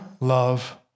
love